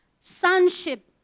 sonship